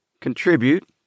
contribute